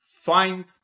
Find